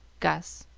gus